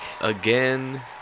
Again